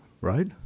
right